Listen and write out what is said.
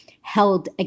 held